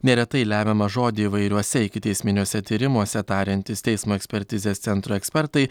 neretai lemiamą žodį įvairiuose ikiteisminiuose tyrimuose tariantys teismo ekspertizės centro ekspertai